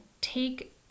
take